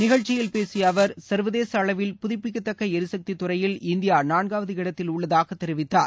நிகழ்ச்சியில் பேசிய அவர் சர்வதேச அளவில் புதப்பிக்கத்தக்க எரிசக்தித் துறையில் இந்தியா நான்காவது இடத்தில் உள்ளதாகத் தெரிவித்தார்